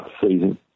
season